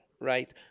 right